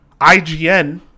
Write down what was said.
IGN